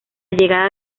llegada